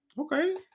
Okay